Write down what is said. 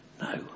no